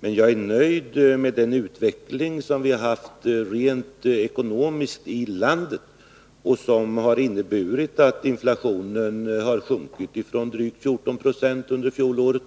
Men jag är nöjd med den utveckling som vi har haft rent ekonomiskt i landet och som har inneburit att inflationen sjunkit från drygt Anslag inom jord 14 90 under fjolåret